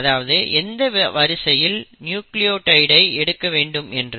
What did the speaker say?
அதாவது எந்த வரிசையில் நியூக்ளியோடைட் ஐ எடுக்க வேண்டும் என்று